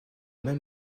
même